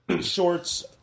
shorts